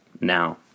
now